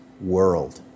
world